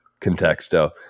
contexto